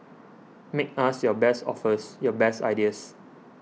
make us your best offers your best ideas